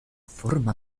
forma